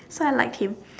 so I liked him